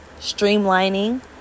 streamlining